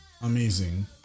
amazing